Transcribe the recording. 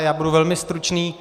Já budu velmi stručný.